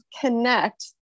connect